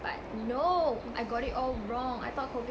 but no I got it all wrong I thought COVID